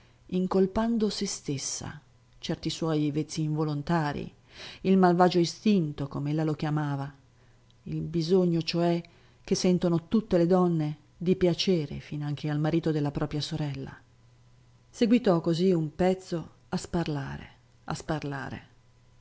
incolpando sé stessa certi suoi vezzi involontarii il malvagio istinto com'ella lo chiamava il bisogno cioè che sentono tutte le donne di piacere finanche al marito della propria sorella seguitò così un pezzo a sparlare a sparlare